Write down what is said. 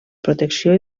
protecció